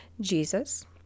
Jesus